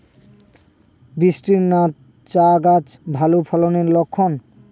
বৃষ্টিস্নাত চা গাছ ভালো ফলনের লক্ষন